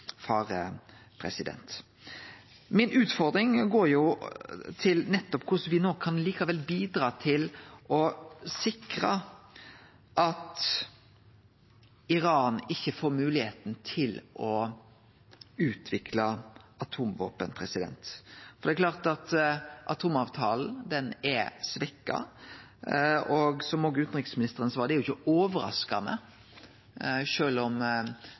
går ut på korleis me no likevel kan bidra til å sikre at Iran ikkje får moglegheita til å utvikle atomvåpen. For det er klart at atomavtala er svekt, og som òg utanriksministeren sa: Det er jo ikkje overraskande,